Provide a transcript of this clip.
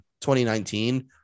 2019